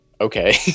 Okay